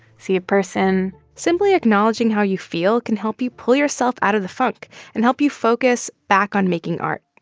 see a person simply acknowledging how you feel can help you pull yourself out of the funk and help you focus back on making art.